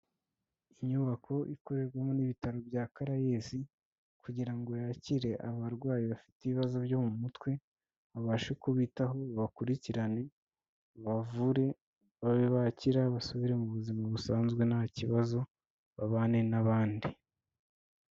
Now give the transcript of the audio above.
Inyubako ikorerwamo n'ibitaro bya Caraes, kugira ngo yakire abarwayi bafite ibibazo byo mu mutwe, babashe kubitaho bakurikirane babavure, babe bakira basubire mu buzima busanzwe nta kibazo, babane n'abandi.